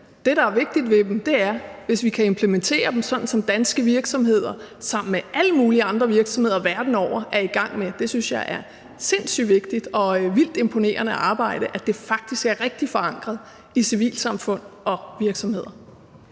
Det, der er vigtigt ved dem, er, hvis vi kan implementere dem, sådan som danske virksomheder sammen med alle mulige andre virksomheder verden over er i gang med, for det synes jeg er sindssyg vigtigt og et vildt imponerende arbejde, altså at det faktisk er rigtigt forankret i civilsamfund og virksomheder.